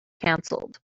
cancelled